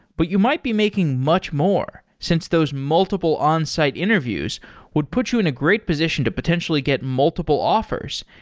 but you might be making much more since those multiple onsite interviews would put you in a great position to potentially get multiple offers,